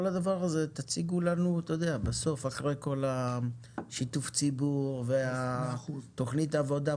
כל הדבר הזה תציגו לנו בסוף אחרי כל השיתוף ציבור ותוכנית העבודה,